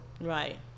Right